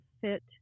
fit